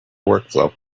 workflow